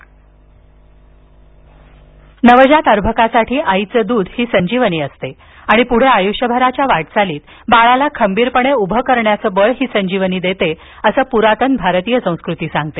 ध्वनी नवजात अर्भकासाठी आईचं दूध ही संजीवनी असते आणि पुढे आयुष्यभराच्या वाटचालीत बाळाला खंबीरपणे उभं करण्याचं बळ ही संजीवनी देते असं पुरातन भारतीय संस्कृती सांगते